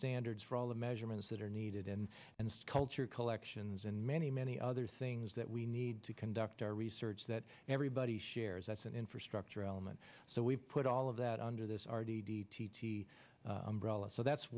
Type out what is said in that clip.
standards for all the measurements that are needed and and culture collections and many many other things that we need to conduct our research that everybody shares that's an infrastructure element so we put all of that under this r d d t t l s so that's